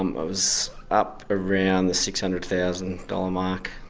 um was up around the six hundred thousand dollars mark.